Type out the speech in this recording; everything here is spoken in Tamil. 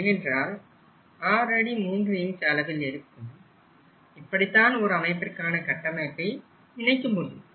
ஏனென்றால் 6 அடி 3 இன்ச் அளவில் இருக்கும் இப்படித்தான் ஒரு அமைப்பிற்கான கட்டமைப்பை நினைக்க முடியும்